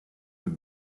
were